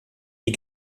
die